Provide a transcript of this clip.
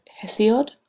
Hesiod